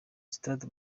stade